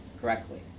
correctly